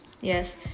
Yes